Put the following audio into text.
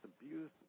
abused